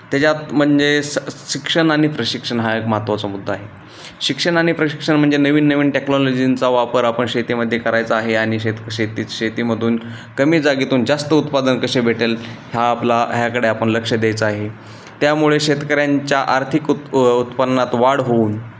त्याच्यात म्हणजे स शिक्षण आणि प्रशिक्षण हा एक महत्त्वाचा मुद्दा आहे शिक्षण आणि प्रशिक्षण म्हणजे नवीन नवीन टेक्नॉलॉजींचा वापर आपण शेतीमध्ये करायचा आहे आणि शेत शेतीत शेतीमधून कमी जागेतून जास्त उत्पादन कसे भेटेल ह्या आपला ह्याकडे आपण लक्ष द्यायचे आहे त्यामुळे शेतकऱ्यांच्या आर्थिक उत् उत्पन्नात वाढ होऊन